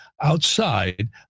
outside